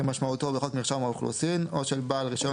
כמשמעותו בחוק מרשם האוכלוסין או של בעל רישיון